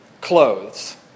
clothes